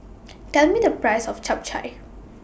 Tell Me The Price of Chap Chai